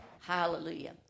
Hallelujah